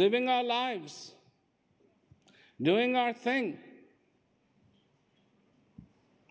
living our lives doing our thing